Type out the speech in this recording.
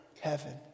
heaven